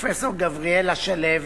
פרופסור גבריאלה שלו,